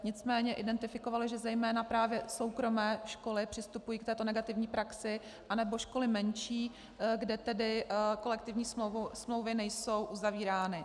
Nicméně identifikovaly, že zejména právě soukromé školy přistupují k této negativní praxi a nebo školy menší, kde kolektivní smlouvy nejsou uzavírány.